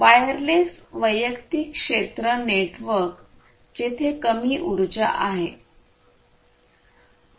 wireless वैयक्तिक क्षेत्र network जेथे कमी उर्जा आहे